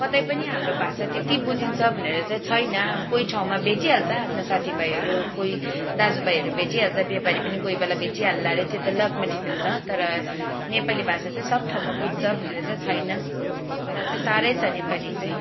कतै पनि हाम्रो भाषा त्यति बुझिन्छ भनेर चाहिँ छैन अब कोही ठाउँमा भेटिहाल्छ आफ्ना साथी भाइहरू कोही दाजु भाइहरू भेटिहाल्छ नेपाली पनि कोही बेला भेटिहालला अरे त्यो त लकमा डिपेन्ड छ तर नेपाली भाषा चाहिँ सबै ठाउँमा बुझ्छ भनेर चाहिँ छैन र चाहिँ साह्रै छ नेपाली चाहिँ